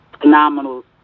phenomenal